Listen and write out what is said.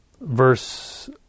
Verse